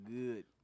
good